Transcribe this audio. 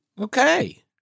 Okay